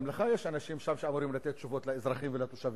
גם לך יש אנשים שאמורים לתת תשובות לאזרחים ולתושבים.